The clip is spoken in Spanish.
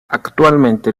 actualmente